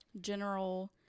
general